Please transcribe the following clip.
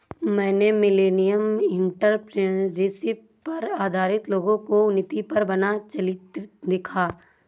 मैंने millennial entrepreneurship पर आधारित लोगो की उन्नति पर बना चलचित्र देखा